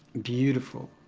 beautiful,